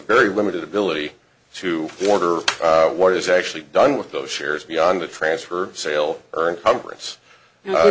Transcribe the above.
very limited ability to order what is actually done with those shares beyond a transfer sale earned